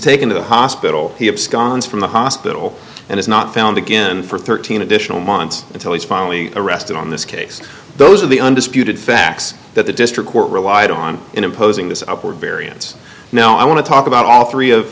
taken to the hospital he absconds from the hospital and is not found again for thirteen additional months until he's finally arrested on this case those are the undisputed facts that the district court relied on in imposing this upward variance now i want to talk about all three of